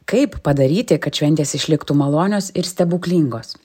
kaip padaryti kad šventės išliktų malonios ir stebuklingos